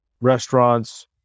restaurants